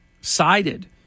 sided